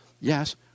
Yes